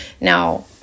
now